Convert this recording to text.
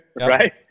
Right